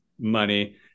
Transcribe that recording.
money